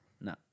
No